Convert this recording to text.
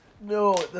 No